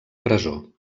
presó